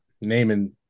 naming